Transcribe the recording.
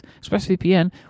ExpressVPN